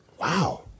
Wow